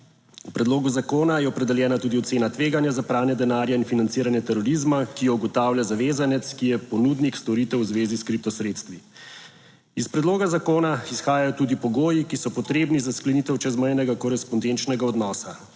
V predlogu zakona je opredeljena tudi ocena tveganja za pranje denarja in financiranje terorizma, ki jo ugotavlja zavezanec, ki je ponudnik storitev v zvezi s kriptosredstvi. Iz predloga zakona izhajajo tudi pogoji, ki so potrebni za sklenitev čezmejnega korespondenčnega odnosa,